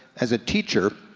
as a teacher,